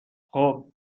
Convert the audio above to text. خوب